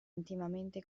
intimamente